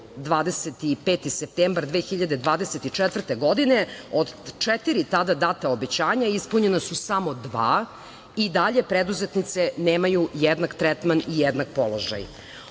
25. septembar 2024. godine. Od četiri tada data obećanja ispunjena su samo dva. I dalje preduzetnice nemaju jednak tretman i jednak položaj. Ono